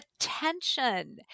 attention